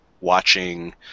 watching